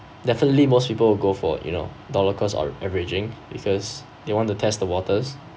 definitely most people will go for you know dollar cost ar~ averaging because they want to test the waters